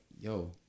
yo